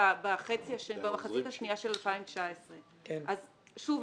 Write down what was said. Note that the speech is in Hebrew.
במחצית השנייה של 2019. שוב,